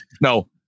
no